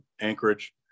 Anchorage